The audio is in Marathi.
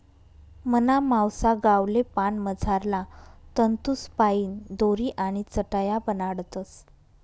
मना मावसा गावले पान मझारला तंतूसपाईन दोरी आणि चटाया बनाडतस